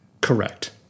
Correct